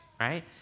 right